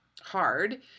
hard